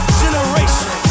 generation